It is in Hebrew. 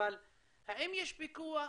אבל האם יש פיקוח